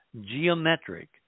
geometric